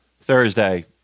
Thursday